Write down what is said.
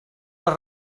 les